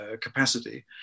capacity